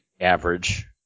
average